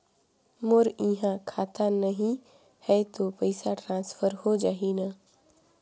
मोर इहां खाता नहीं है तो पइसा ट्रांसफर हो जाही न?